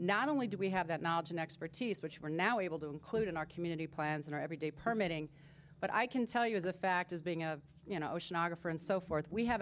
not only do we have that knowledge and expertise which we're now able to include in our community plans in our every day permitting but i can tell you as a fact as being a you know oceanographer and so forth we have